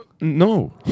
No